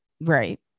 Right